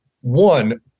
one